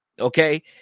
Okay